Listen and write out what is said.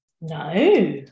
No